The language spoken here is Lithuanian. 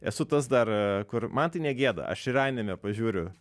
esu tas dar kur man tai ne gėda aš ir anime pažiūriu